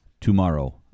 tomorrow